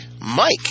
Mike